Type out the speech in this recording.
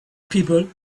people